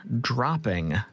dropping